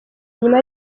nyuma